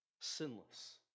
sinless